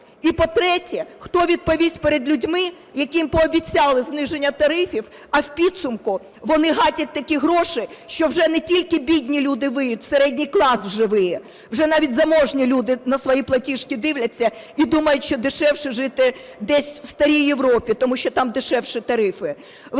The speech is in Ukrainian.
І, по-третє, хто відповість перед людьми, яким пообіцяли зниження тарифів, а в підсумку вони гатять такі гроші, що вже не тільки бідні люди виють, середній клас вже виє? Вже навіть заможні люди на свої платіжки дивляться і думають, що дешевше жити десь в старій Європі, тому що там дешевші тарифи.